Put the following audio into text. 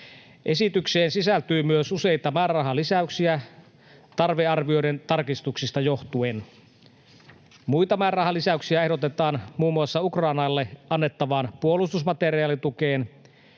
Esitykseen sisältyi myös useita määrärahalisäyksiä tarvearvioiden tarkistuksista johtuen. Muita määrärahalisäyksiä ehdotetaan muun muassa Ukrainalle annettavaan puolustusmateriaalitukeen,